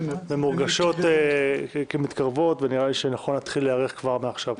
נראה לי שנכון להתחיל להיערך כבר מעכשיו.